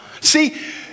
See